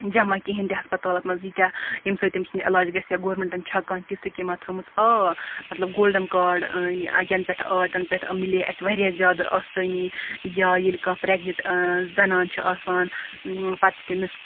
جَمَع کِہیٖنۍ تہِ ہَسپَتالَس مَنٛز ییٖتیاہ ییٚمہِ سۭتۍ تمِس علاج گَژھِ ہا گورمنٹَن چھَ کانٛہہ تِژھ سِکیٖما تھٲومٕژ آ مَطلَب گولڈَن کاڈ یَنہٕ پیٚٹھٕ آے تَنہٕ پیٚٹھٕ مِلے اَسہِ واریاہ زیادٕ آسٲنی یا ییٚلہِ کانٛہہ پرگنِٹ زَنان چھِ آسان پَتہٕ چھِ تمِس